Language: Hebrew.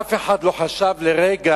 אף אחד לא חשב לרגע